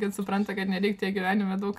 kad supranta kad nereik tiek gyvenime daug